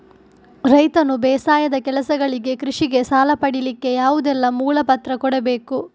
ರೈತನು ಬೇಸಾಯದ ಕೆಲಸಗಳಿಗೆ, ಕೃಷಿಗೆ ಸಾಲ ಪಡಿಲಿಕ್ಕೆ ಯಾವುದೆಲ್ಲ ಮೂಲ ಪತ್ರ ಕೊಡ್ಬೇಕು?